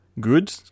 good